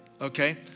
okay